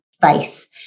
face